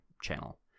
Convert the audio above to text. channel